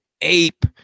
ape